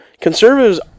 Conservatives